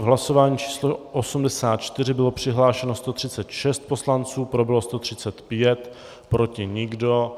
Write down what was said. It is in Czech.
V hlasování číslo 84 bylo přihlášeno 136 poslanců, pro bylo 135, proti nikdo.